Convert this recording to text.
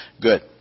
good